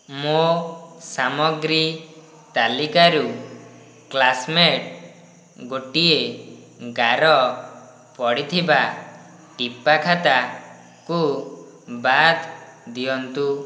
ମୋ ସାମଗ୍ରୀ ତାଲିକାରୁ କ୍ଳାସମେଟ୍ ଗୋଟିଏ ଗାର ପଡ଼ିଥିବା ଟିପାଖାତାକୁ ବାଦ୍ ଦିଅନ୍ତୁ